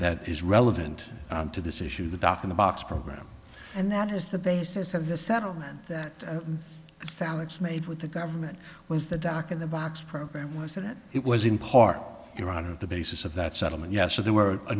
that is relevant to this issue the doc in the box program and that is the basis of the settlement that salads made with the government was the doc in the box program was that it was in part your honor of the basis of that settlement yes so there were a